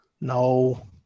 No